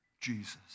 Jesus